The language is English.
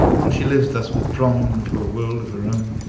while she lives thus withdrawn into a world of her own?